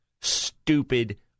stupid